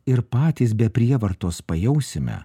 ir patys be prievartos pajausime